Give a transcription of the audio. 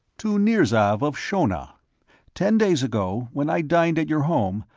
to nirzav of shonna ten days ago, when i dined at your home,